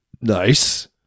Nice